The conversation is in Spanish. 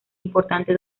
importante